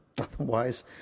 Otherwise